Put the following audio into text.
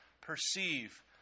perceive